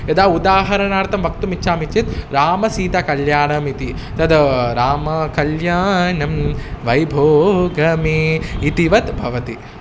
यदा उदाहरणार्थं वक्तुमिच्छामि चेत् रामसीताकल्याणमिति तद् रामकल्याणं वैभोगमे इतिवत्भवति